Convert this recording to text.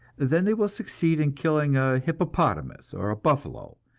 then they will succeed in killing a hippopotamus or a buffalo,